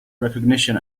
recognition